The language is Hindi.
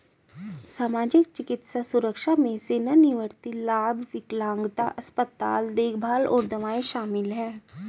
सामाजिक, चिकित्सा सुरक्षा में सेवानिवृत्ति लाभ, विकलांगता, अस्पताल देखभाल और दवाएं शामिल हैं